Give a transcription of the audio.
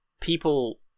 people